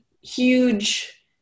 huge